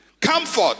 Comfort